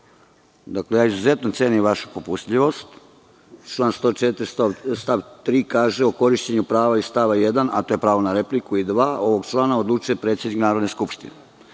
3.Dakle, ja izuzetno cenim vašu popustljivost, a član 104. stav 3. kaže – o korišćenju prava iz stava 1, a to je pravo na repliku i 2. ovog člana, odlučuje predsednik Narodne skupštine. Više